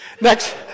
next